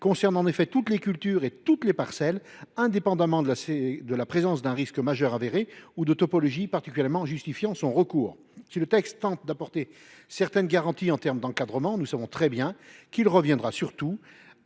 concerne toutes les cultures et toutes les parcelles, indépendamment de la présence d’un risque majeur avéré ou de topologie particulière justifiant un tel recours. Si le texte tente d’apporter certaines garanties en termes d’encadrement, nous savons très bien qu’il reviendra surtout